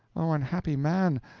oh, unhappy man!